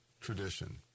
tradition